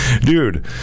dude